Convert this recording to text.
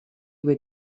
with